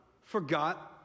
forgot